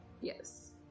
yes